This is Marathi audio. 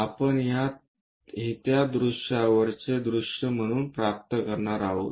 आपण हे त्या दृश्यावर वरचे दृश्य म्हणून प्राप्त करणार आहोत